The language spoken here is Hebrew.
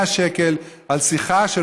100 שקלים על שיחה,